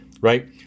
right